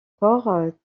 port